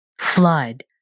flood